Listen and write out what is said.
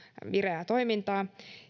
vireää toimintaa